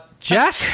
Jack